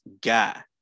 guy